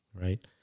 right